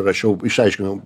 rašiau išaiškinau